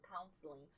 counseling